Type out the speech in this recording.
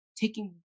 taking